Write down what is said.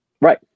Right